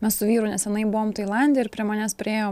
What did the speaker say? mes su vyru nesenai buvom tailande ir prie manęs priėjo